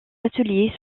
ateliers